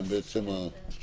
קנס, כולל גם